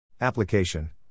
Application